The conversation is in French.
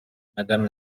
madame